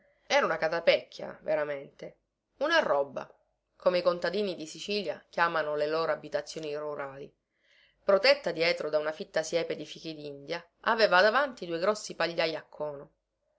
era una catapecchia veramente una roba come i contadini di sicilia chiamano le loro abitazioni rurali protetta dietro da una fitta siepe di fichidindia aveva davanti due grossi pagliai a cono